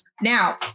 Now